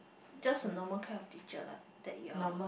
just a normal kinds of teacher lah that your